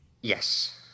Yes